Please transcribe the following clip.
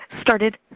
started